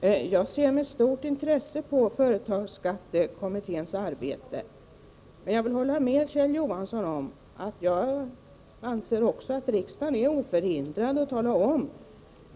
Fru talman! Jag ser med stort intresse på företagsskattekommitténs arbete, men jag vill hålla med Kjell Johansson om att riksdagen är oförhindrad att tala om